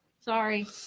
Sorry